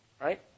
Right